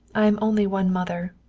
i am only one mother,